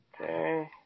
Okay